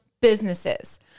businesses